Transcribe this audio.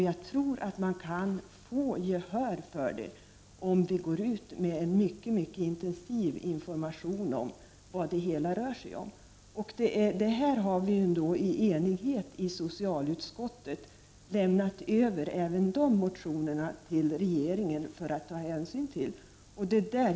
Jag tror att vi kan få gehör för detta, om vi går ut med en mycket intensiv information om vad det hela rör sig om. Även dessa motioner har vi i socialutskottet i enighet lämnat över till regeringen att ta hänsyn till.